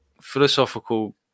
philosophical